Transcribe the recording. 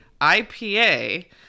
IPA